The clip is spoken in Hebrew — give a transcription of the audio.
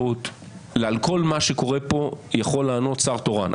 יש אפשרות שעל כל מה שקורה פה יכול לענות שר תורן.